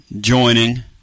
joining